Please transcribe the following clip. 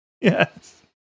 Yes